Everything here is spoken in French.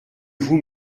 vous